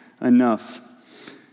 enough